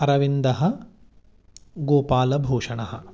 अरविन्दः गोपालभूषणः